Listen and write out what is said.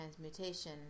transmutation